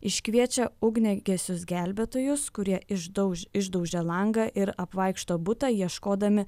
iškviečia ugniagesius gelbėtojus kurie išdauž išdaužia langą ir apvaikšto butą ieškodami